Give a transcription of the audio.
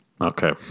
Okay